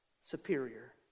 superior